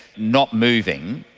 not moving.